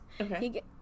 okay